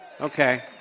Okay